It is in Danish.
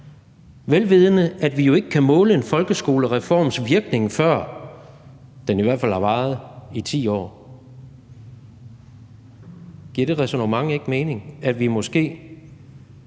vel vidende at vi ikke kan måle virkningen af en folkeskolereform, før den i hvert fald har varet 10 år. Giver det ræsonnement ikke mening, at vi måske